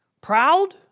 proud